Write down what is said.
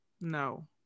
no